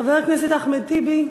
חבר הכנסת אחמד טיבי,